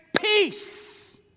peace